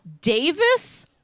davis